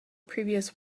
previous